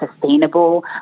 sustainable